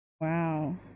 wow